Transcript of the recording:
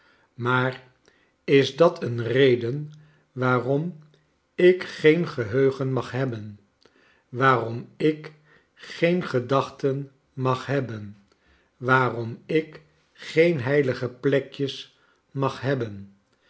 maar is dat een reden waarom ik geen geheugen mag hebben waarom ik geen gedachten mag hebben waarom ik geen heilige plekjes mag hebben